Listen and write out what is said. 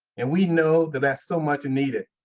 and we know that there's so much needed.